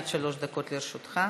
ונראה את תנועות הראש הזחוחות,